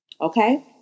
Okay